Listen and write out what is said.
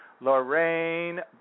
Lorraine